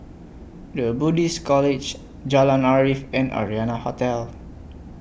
The Buddhist College Jalan Arif and Arianna Hotel